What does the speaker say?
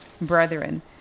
brethren